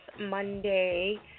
Monday